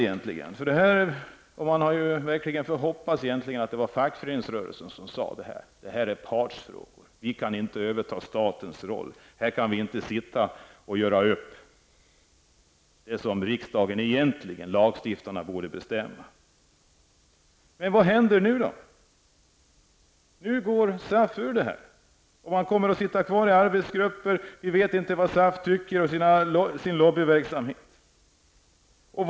Man hade dock kunnat hoppats att det hade varit fackföreningsrörelsen som hade haft dessa invändningar och sagt att det rör partsfrågor, att man inte kan överta statens roll och sitta göra upp om det som riksdagen, lagstiftaren, borde bestämma. Vad händer nu? SAF går ur detta men kommer att sitta med i arbetsgrupper och bedriva lobbyverksamhet.